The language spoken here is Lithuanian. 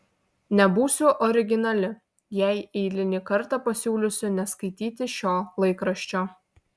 nebūsiu originali jei eilinį kartą pasiūlysiu neskaityti šio laikraščio